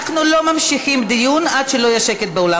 אנחנו לא ממשיכים את הדיון עד שלא יהיה שקט באולם.